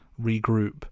regroup